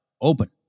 Open